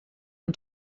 und